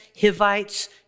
Hivites